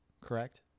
correct